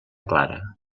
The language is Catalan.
clara